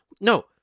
No